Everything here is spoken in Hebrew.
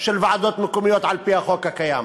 של ועדות מקומיות על-פי החוק הקיים,